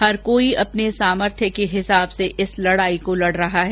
हर कोई अपने सामर्थ्य के हिसाब से इस लड़ाई को लड़ रहा है